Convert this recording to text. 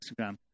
Instagram